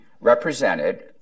represented